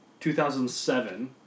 2007